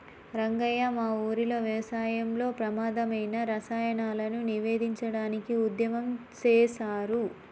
రంగయ్య మా ఊరిలో వ్యవసాయంలో ప్రమాధమైన రసాయనాలను నివేదించడానికి ఉద్యమం సేసారు